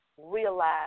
Realize